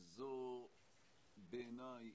זו בעיניי